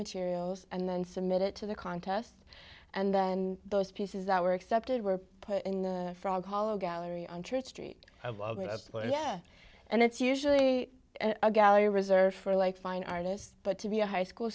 materials and then submit it to the contest and then those pieces that were accepted were put in the frog hollow gallery on church street i love it i play yeah and it's usually a gallery reserved for like fine artists but to be a high school